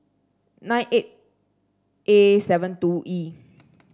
nine eight A seven two E